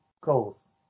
goals